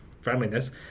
friendliness